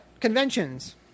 conventions